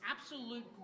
absolute